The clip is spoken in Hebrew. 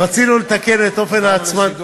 רצינו לתקן את אופן ההצמדה, גם לשידור.